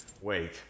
Wait